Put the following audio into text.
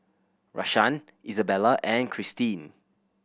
Rashaan Izabella and Cristine